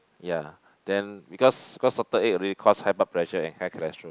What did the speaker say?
ya then because because salted egg already cause high blood pressure and high cholesterol